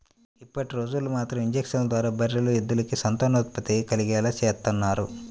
ఇప్పటిరోజుల్లో మాత్రం ఇంజక్షన్ల ద్వారా బర్రెలు, ఎద్దులకి సంతానోత్పత్తి కలిగేలా చేత్తన్నారు